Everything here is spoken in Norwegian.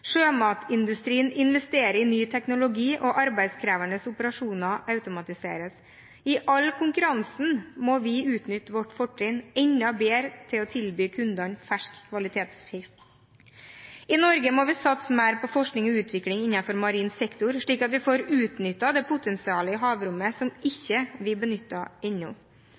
Sjømatindustrien investerer i ny teknologi og arbeidskrevende operasjoner automatiseres. I all konkurransen må vi utnytte vårt fortrinn enda bedre til å tilby kundene fersk kvalitetsfisk. I Norge må vi satse mer på forskning og utvikling innenfor marin sektor, slik at vi får utnyttet det potensialet i havrommet som vi ikke benytter